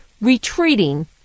retreating